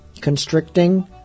constricting